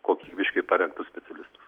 kokybiškai parengtus specialistus